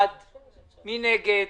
אבל זה ייקח פרק זמן קצר של מספר ימים.